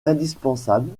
indispensable